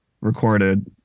recorded